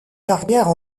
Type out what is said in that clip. carrière